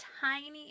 tiny